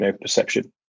perception